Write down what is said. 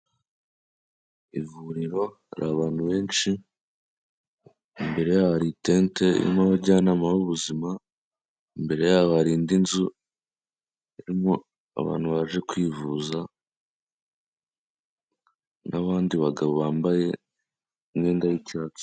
Ivuriro hari abantu benshi, imbere yaho hari itente irimo abajyanama b'ubuzima, imbere yabo hari indi nzu irimo abantu baje kwivuza, n'abandi bagabo bambaye imyenda y'icyatsi.